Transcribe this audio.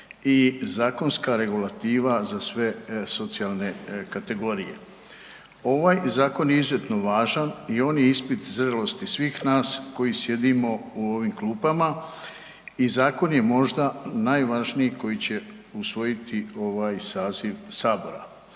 i zakonska regulativa za sve socijalne kategorije. Ovaj Zakon je izuzetno važan i on je ispit zrelosti svih nas koji sjedimo u ovim klupama i Zakon je možda najvažniji koji će usvojiti ovaj saziv Sabora.